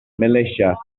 militia